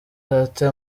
ate